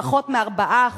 פחות מ-4%,